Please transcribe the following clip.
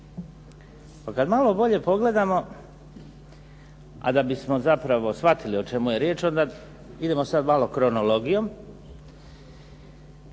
Pa kad malo bolje pogledamo, a da bismo zapravo shvatili o čemu je riječ, onda idemo sad malo kronologijom.